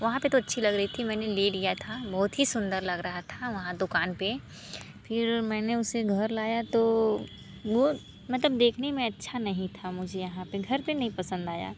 वहाँ पे तो अच्छी लग रही थी मैंने ले लिया था बहुत ही सुंदर लग रहा था वहाँ दुकान पे फिर मैंने उसे घर लाया तो वो मतलब देखने में अच्छा नहीं था मुझे यहाँ पे घर पे नहीं पसंद नही आया